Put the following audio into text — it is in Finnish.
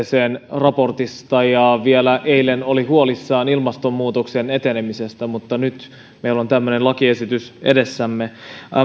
raportista ja vielä eilen oli huolissaan ilmastonmuutoksen etenemisestä mutta nyt meillä on tämmöinen lakiesitys edessämme